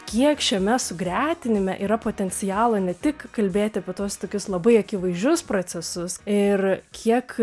kiek šiame sugretinime yra potencialo ne tik kalbėti apie tuos tokius labai akivaizdžius procesus ir kiek